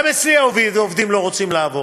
גם אצלי העובדים לא רוצים לעבור.